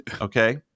Okay